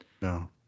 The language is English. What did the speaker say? no